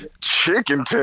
Chicken